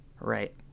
right